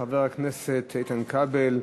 חבר הכנסת איתן כבל,